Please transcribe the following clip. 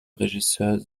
regisseur